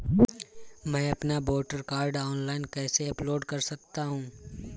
मैं अपना voter card online कैसे अपलोड कर सकता हूँ?